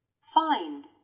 find